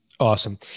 Awesome